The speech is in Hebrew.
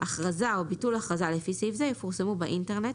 (ב4)הכרזה או ביטול הכרזה לפי סעיף זה יפורסמו באינטרנט,